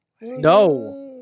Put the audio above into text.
No